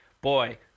boy